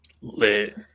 lit